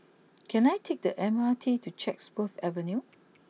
can I take the M R T to Chatsworth Avenue